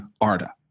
Arda